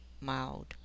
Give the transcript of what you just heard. mild